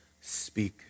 speak